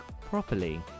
properly